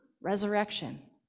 Resurrection